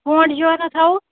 pound جوراہ تھاوو